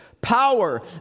power